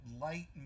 light